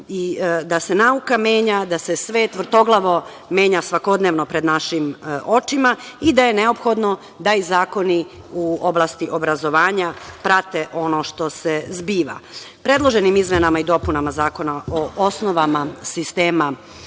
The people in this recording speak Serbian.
da se nauka menja, da se svet vrtoglavo menja svakodnevno pred našim očima i da je neophodno da i zakoni u oblasti obrazovanja prate ono što se zbiva. Predloženim izmenama i dopunama Zakona o osnovama sistema